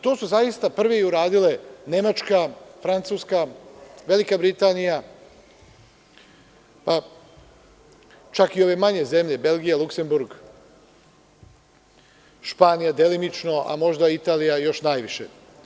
To su zaista prve i u radile Nemačka, Francuska, Velika Britanija, čak i ove manje zemlje Belgija, Luksemburg, Španija delimično, a možda Italija najviše.